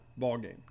ballgame